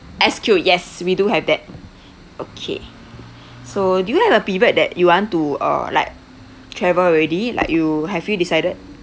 S_Q yes we do have that okay so do you have a period that you want to uh like travel already like you have you decided